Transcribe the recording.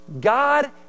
God